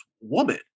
woman